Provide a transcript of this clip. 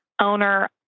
owner